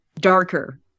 darker